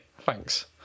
thanks